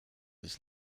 was